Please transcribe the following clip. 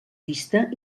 vista